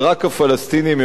שתהיה לך איזה ריבונות,